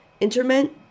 Interment